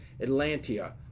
atlantia